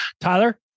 Tyler